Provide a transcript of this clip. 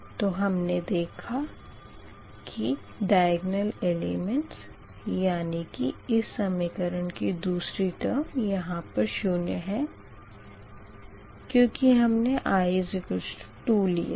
तो हमने देखा के दयगोनल एलेमेंट यानी कि इस समीकरण की दूसरी टर्म यहाँ पर शून्य है क्यूँकि हमने i2 लिया है